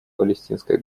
палестинское